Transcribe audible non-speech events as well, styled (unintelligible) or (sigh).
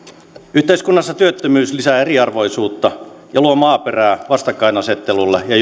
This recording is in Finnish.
yhteiskunnassa työttömyys lisää eriarvoisuutta ja luo maaperää vastakkainasettelulle ja (unintelligible)